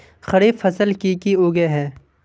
खरीफ फसल की की उगैहे?